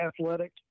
athletic